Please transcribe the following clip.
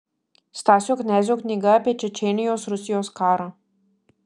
stasio knezio knyga apie čečėnijos rusijos karą